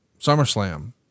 SummerSlam